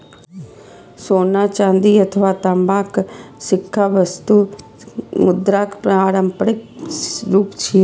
सोना, चांदी अथवा तांबाक सिक्का वस्तु मुद्राक पारंपरिक रूप छियै